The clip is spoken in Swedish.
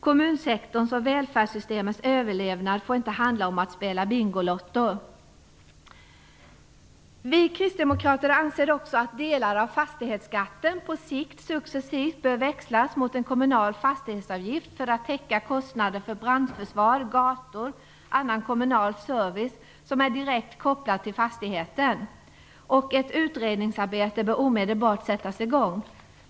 Kommunsektorns och välfärdssystemets överlevnad får inte handla om att spela Bingolotto. Vi kristdemokrater anser också att delar av fastighetsskatten på sikt successivt bör växlas mot en kommunal fastighetsavgift för att täcka kostnader för brandförsvar, gator och annan kommunal service som är direkt kopplad till fastigheten. Ett utredningsarbete bör omedelbart sättas i gång.